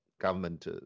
government